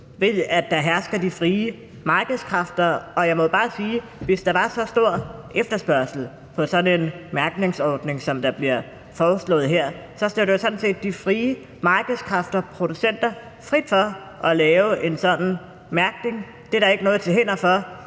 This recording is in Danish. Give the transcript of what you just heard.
ved, at der hersker de frie markedskræfter, og jeg må bare sige, at hvis der var så stor efterspørgsel på sådan en mærkningsordning, som der bliver foreslået her, så står det jo sådan set de frie markedskræfter og producenter frit for at lave en sådan mærkning. Det er der ikke noget til hinder for